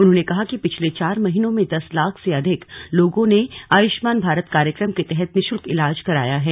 उन्होंने कहा कि पिछले चार महीनों में दस लाख से अधिक लोगों ने आयुष्मान भारत कार्यक्रम के तहत निशुल्क इलाज कराया है